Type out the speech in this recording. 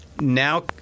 now